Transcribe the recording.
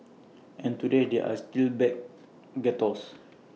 and today there are still black ghettos